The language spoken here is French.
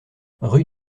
rue